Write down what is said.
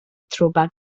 throwback